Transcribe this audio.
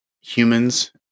humans